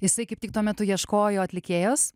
jisai kaip tik tuo metu ieškojo atlikėjos